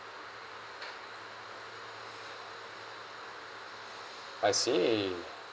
I see